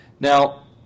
Now